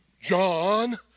John